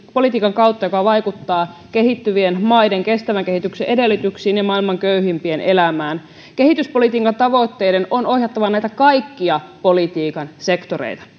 politiikan kautta joka vaikuttaa kehittyvien maiden kestävän kehityksen edellytyksiin ja maailman köyhimpien elämään kehityspolitiikan tavoitteiden on ohjattava näitä kaikkia politiikan sektoreita